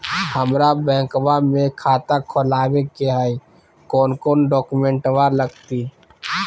हमरा बैंकवा मे खाता खोलाबे के हई कौन कौन डॉक्यूमेंटवा लगती?